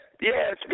yes